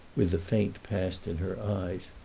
with the faint past in her eyes.